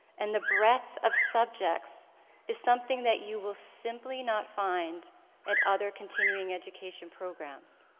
and the breadth of subjects is something that you will simply not find at other continuing education programs.